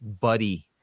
buddy